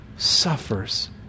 suffers